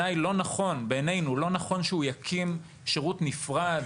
בעינינו לא נכון שהוא יקים שירות נפרד